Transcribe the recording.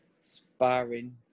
sparring